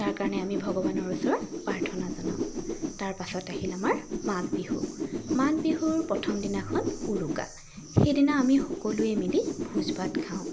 তাৰ কাৰণে আমি ভগৱানৰ ওচৰত প্ৰাৰ্থনা জনাওঁ তাৰপাছত আহিল আমাৰ মাঘ বিহু মাঘ বিহুৰ প্ৰথম দিনাখন উৰুকা সেইদিনা আমি সকলোৱে মিলি ভোজ ভাত খাওঁ